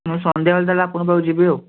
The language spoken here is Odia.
ମୁଁ ସନ୍ଧ୍ୟାବେଳେ ତା'ହେଲେ ଆପଣଙ୍କ ପାଖକୁ ଯିବି ଆଉ